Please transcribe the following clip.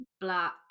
black